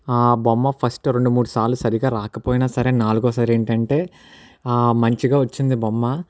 ఆ బొమ్మ ఫస్ట్ రెండు మూడు సార్లు సరిగా రాకపోయిన సరే నాలుగో సారి ఏంటి అంటే మంచిగా వచ్చింది బొమ్మ